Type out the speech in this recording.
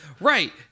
Right